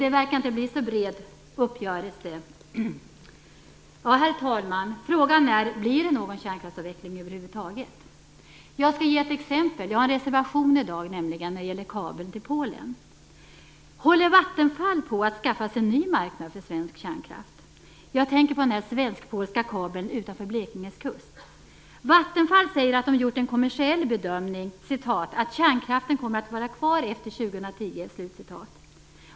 Det verkar inte bli en så bred uppgörelse. Herr talman! Frågan är om det blir någon kärnkraftsavveckling över huvud taget. Jag skall ge ett exempel. Jag har nämligen en reservation som gäller kabel till Polen. Håller Vattenfall på att skaffa sig en ny marknad för svensk kärnkraft? Jag tänker på den svenskpolska kabeln utanför Blekinges kust. Vattenfall säger att de har gjort en kommersiell bedömning "att kärnkraften kommer att vara kvar efter 2010".